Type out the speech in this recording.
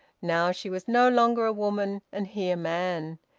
now, she was no longer a woman and he a man.